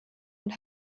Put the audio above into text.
und